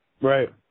Right